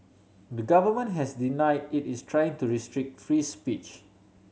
the government has deny it is trying to restrict free speech